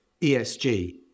ESG